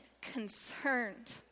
concerned